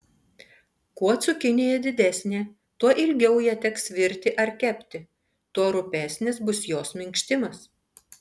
kuo cukinija didesnė tuo ilgiau ją teks virti ar kepti tuo rupesnis bus jos minkštimas